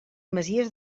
masies